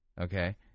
Okay